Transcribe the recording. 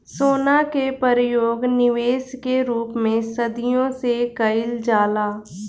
सोना के परयोग निबेश के रूप में सदियों से कईल जाला